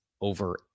over